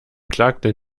klagte